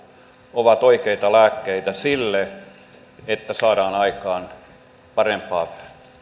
ovat oikeita lääkkeitä siihen että saadaan aikaan